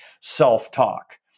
self-talk